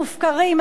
מופקרים,